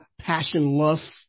passion-lust